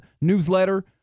newsletter